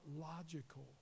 logical